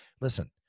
Listen